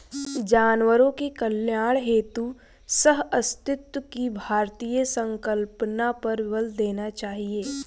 जानवरों के कल्याण हेतु सहअस्तित्व की भारतीय संकल्पना पर बल देना चाहिए